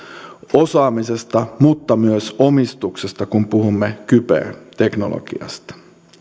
osaamisesta mutta myös omistuksesta kun puhumme kyberteknologiasta